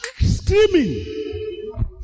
screaming